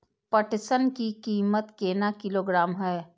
पटसन की कीमत केना किलोग्राम हय?